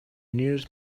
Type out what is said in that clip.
nearest